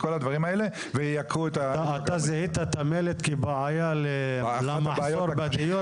כל הדברים האלה ו- -- אתה זיהית את המלט כבעיה למחסור בדיור,